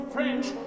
French